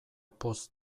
poz